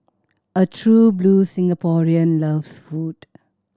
a true blue Singaporean loves food